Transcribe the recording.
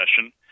session